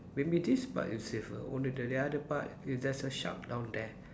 maybe this part is safer only that the other part is there's a shark down there